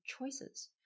choices